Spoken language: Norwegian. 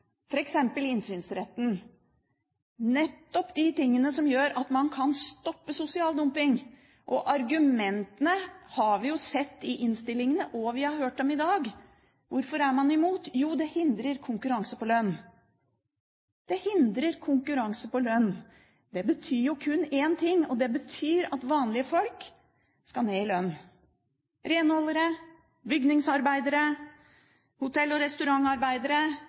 innsynsretten, nettopp de tingene som gjør at man kan stoppe sosial dumping. Argumentene har vi sett i innstillingene, og vi har hørt dem i dag. Hvorfor er man imot? Jo, det hindrer konkurranse på lønn – det hindrer konkurranse på lønn. Det betyr kun én ting, at vanlige folk skal ned i lønn – renholdere, bygningsarbeidere, hotell- og restaurantarbeidere.